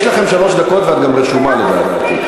יש לכם שלוש דקות, ואת גם רשומה, לדעתי.